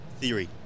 theory